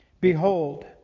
behold